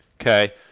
Okay